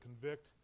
convict